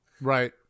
Right